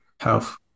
health